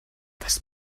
this